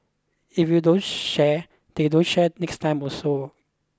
if you don't share they don't share next time also